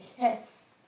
Yes